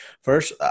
first